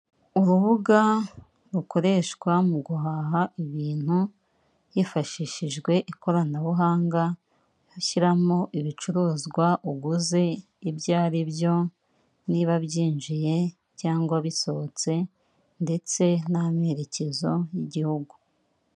Urubuga rukoreshwa mu guhaha ibintu hifashishijwe ikoranabuhanga, aho ushyiramo ibicuruzwa uguze ibyo aribyo, niba byinjiye cyangwa bisohotse ndetse n'amerekezo y'igihugu.